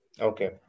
okay